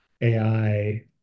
AI